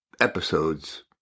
episodes